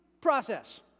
process